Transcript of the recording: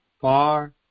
far